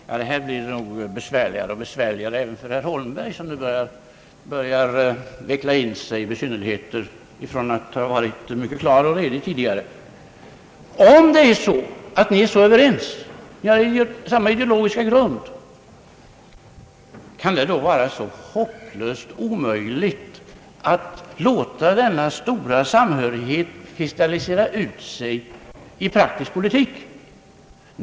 Herr talman! Det här blir nog besvärligare och besvärligare även för herr Holmberg, som nu. börjar veckla in sig i 'besynnerligheter från att ha varit mycket klar och redig tidigare. Om ni är så överens, ni har ju samma ideologiska grund, kan det då vara så hopplöst omöjligt att låta denna stora samhörighet utkristallisera sig i praktisk politik?